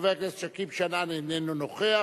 חבר הכנסת שכיב שנאן, איננו נוכח.